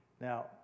Now